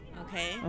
okay